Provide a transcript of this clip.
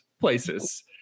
places